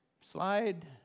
slide